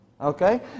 Okay